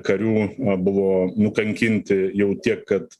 karių buvo nukankinti jau tiek kad